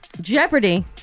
Jeopardy